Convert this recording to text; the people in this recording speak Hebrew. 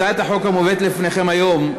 הצעת החוק המובאת לפניכם היום,